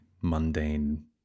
mundane